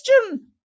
question